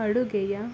ಅಡುಗೆಯ